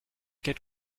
get